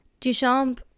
Duchamp